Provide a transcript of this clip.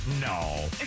No